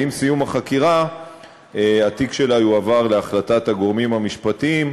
ועם סיום החקירה התיק שלה יועבר להחלטת הגורמים המשפטיים,